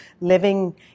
living